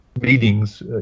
meetings